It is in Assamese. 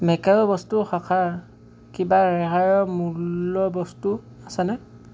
মেকআপৰ বস্তু শাখাৰ কিবা ৰেহাইৰ মূল্য বস্তু আছেনে